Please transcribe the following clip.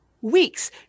weeks